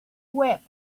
wept